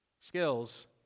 skills